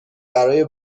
برای